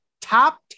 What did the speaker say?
top